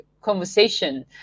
conversation